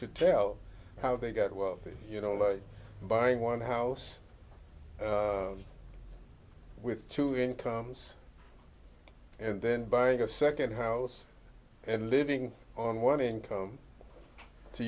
to tell how they got wealthy you know like buying one house with two incomes and then buying a second house and living on one income to